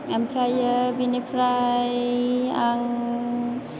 ओमफ्रायो बिनिफ्राय आं